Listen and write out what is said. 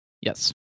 Yes